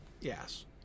Yes